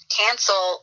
cancel